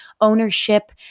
ownership